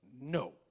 no